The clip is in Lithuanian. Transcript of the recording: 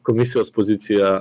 komisijos pozicija